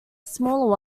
smaller